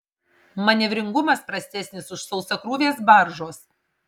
manevringumas prastesnis už sausakrūvės baržos